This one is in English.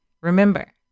Remember